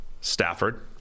Stafford